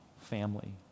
family